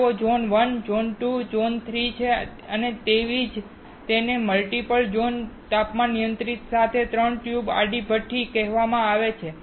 તેઓ zone 1 zone 2 અને zone 3 છે અને તેથી જ તેને મલ્ટી ઝોન તાપમાન નિયંત્રણ સાથે ત્રણ ટ્યુબ આડી ભઠ્ઠી કહેવામાં આવે છે